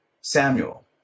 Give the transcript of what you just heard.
Samuel